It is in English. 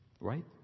Right